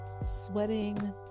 sweating